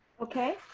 okay.